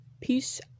peace